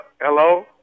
Hello